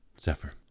Zephyr